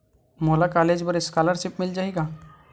मोला कॉलेज बर स्कालर्शिप मिल जाही का?